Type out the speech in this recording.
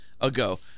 ago